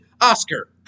Oscar